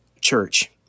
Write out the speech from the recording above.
church